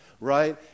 right